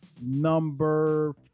Number